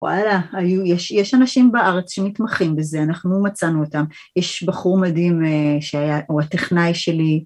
וואלה, יש אנשים בארץ שמתמחים בזה, אנחנו מצאנו אותם. יש בחור מדהים שהוא הטכנאי שלי.